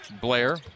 Blair